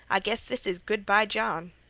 i guess this is good-by-john.